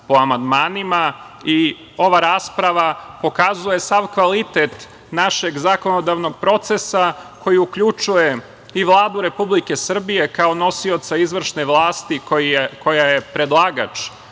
po amandmanima i ova rasprava pokazuje sav kvalitet našeg zakonodavnog procesa koji uključuje i Vladu Republike Srbije, kao nosioca izvršne vlasti koja je predlagač